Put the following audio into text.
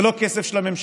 זה לא כסף של הממשלה,